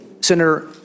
Senator